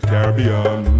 Caribbean